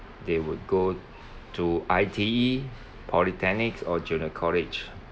they would go to I_T_E polytechnics or junior college